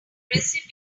aggressive